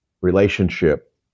relationship